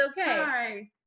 hi